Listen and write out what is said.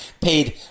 paid